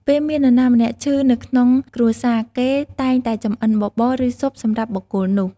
ពេលមាននរណាម្នាក់ឈឺនៅក្នុងគ្រួសារ គេតែងតែចម្អិនបបរ ឬ ស៊ុបសម្រាប់បុគ្គលនោះ។